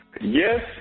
Yes